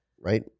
right